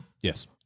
yes